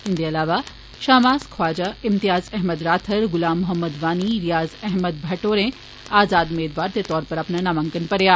इंदे अलावा शामास ख्वाजा इम्तेयाज अहमद राथर गुलाम मोहम्मद वानी रियाज़ अहमद भट्ट होरें आज़ाद मेदवार दे तौर पर अपना नामांकन भरेआ